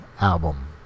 album